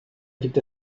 gibt